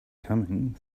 coming